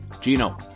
Gino